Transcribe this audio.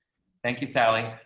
thank you, sally.